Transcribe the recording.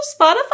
Spotify